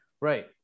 Right